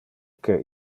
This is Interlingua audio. que